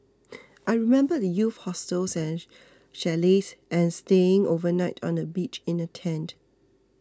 I remember the youth hostels chalets and staying overnight on the beach in a tent